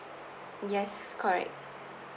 yes correct